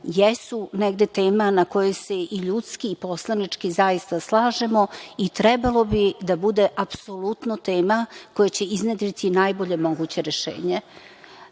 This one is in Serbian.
jesu negde tema na kojoj se i ljudski i poslanički zaista slažemo i trebalo bi da bude apsolutno tema koja će iznedriti najbolje moguće rešenje. Dugo